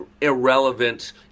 Irrelevant